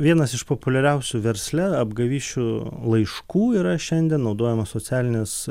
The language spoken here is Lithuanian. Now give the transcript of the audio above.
vienas iš populiariausių versle apgavysčių laiškų yra šiandien naudojamos socialinės